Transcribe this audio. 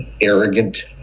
arrogant